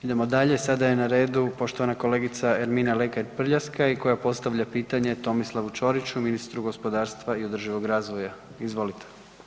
Idemo dalje, sada je na redu poštovana kolegica Ermina Lekaj Prljaskaj koja postavlja pitanje Tomislavu Čoriću, ministru gospodarstva i održivog razvoja, izvolite.